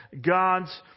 gods